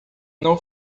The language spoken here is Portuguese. não